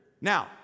Now